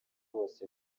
bose